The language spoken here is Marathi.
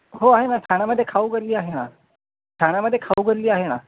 हो आहे ना ठाण्यामध्ये खाऊगल्ली आहे ना ठाण्यामध्ये खाऊगल्ली आहे ना